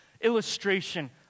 illustration